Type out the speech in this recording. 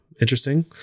interesting